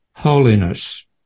Holiness